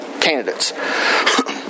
candidates